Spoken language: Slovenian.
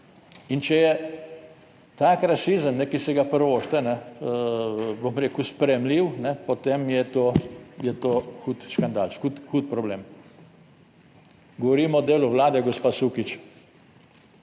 In če je ta rasizem, ki si ga privoščite, bom rekel sprejemljiv, potem je to, je to hud škandal, hud problem. Govorimo o delu vlade, gospa Sukič,